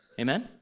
Amen